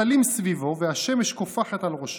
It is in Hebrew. הסלים סביבו והשמש קופחת על ראשו,